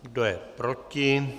Kdo je proti?